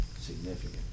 significant